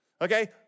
okay